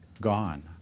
gone